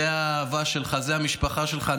זו האהבה שלך, זו המשפחה שלך.